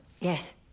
Yes